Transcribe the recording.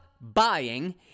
buying